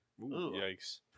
Yikes